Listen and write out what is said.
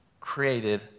created